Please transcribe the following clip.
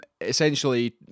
essentially